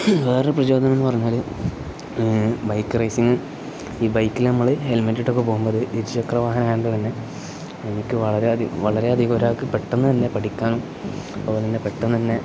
വേറൊരു പ്രചോദനം എന്ന് പറഞ്ഞാൽ ബൈക്ക് റേസിങ് ഈ ബൈക്കിൽ നമ്മൾ ഹെൽമെറ്റ് ഇട്ടൊക്കെ പോകുമ്പം അത് ഇരുചക്രവാഹന തന്നെ എനിക്ക് വളരെ വളരെയധികം ഒരാൾക്ക് പെട്ടെന്ന് തന്നെ പഠിക്കാനും അതുപോലെ തന്നെ പെട്ടെന്ന് തന്നെ